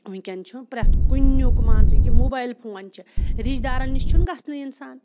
وٕنۍکٮ۪ن چھُ پرٛٮ۪تھ کُنیُک مان ژٕ یہِ موبایل فون چھِ رِشتہٕ دارَن نِش چھُنہٕ گژھنٕے اِنسان